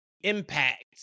Impact